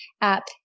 app